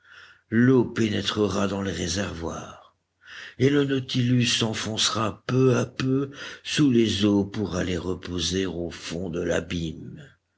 l'eau pénétrera dans les réservoirs et le nautilus s'enfoncera peu à peu sous les eaux pour aller reposer au fond de l'abîme